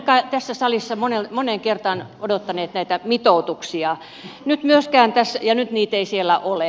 olemme tässä salissa moneen kertaan odottaneet näitä mitoituksia ja nyt niitä ei siellä ole